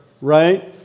Right